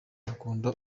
agakunda